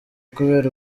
kubera